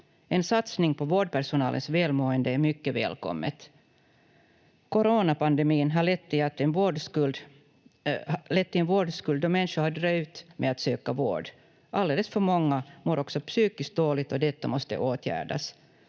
En satsning på vårdpersonalens välmående är mycket välkommen. Coronapandemin har lett till en vårdskuld då människor har dröjt med att söka vård. Alldeles för många mår också psykiskt dåligt och detta måste åtgärdas.